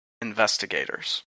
investigators